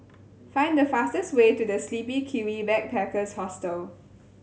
find the fastest way to The Sleepy Kiwi Backpackers Hostel